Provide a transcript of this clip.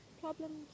Problems